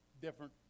different